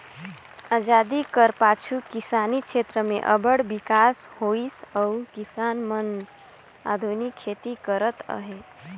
अजादी कर पाछू किसानी छेत्र में अब्बड़ बिकास होइस अउ किसान मन आधुनिक खेती करत अहें